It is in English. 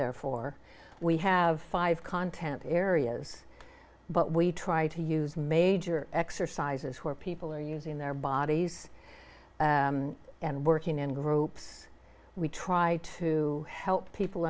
therefore we have five content areas but we try to use major exercises where people are using their bodies and working in groups we try to help people